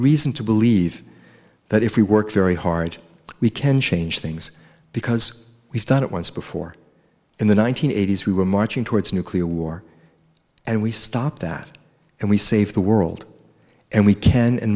reason to believe that if we work very hard we can change things because we've done it once before in the one nine hundred eighty s we were marching towards nuclear war and we stopped that and we saved the world and we can and